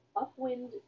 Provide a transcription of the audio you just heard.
upwind